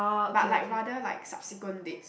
but like rather like subsequent dates